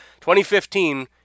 2015